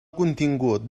contingut